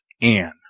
Anne